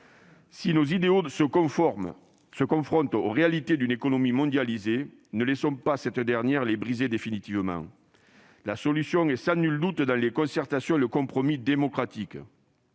Si nos idéaux se confrontent aux réalités d'une économie mondialisée, ne laissons pas cette dernière les briser définitivement. La solution est sans nul doute dans la concertation et le compromis démocratique.